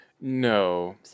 No